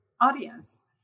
audience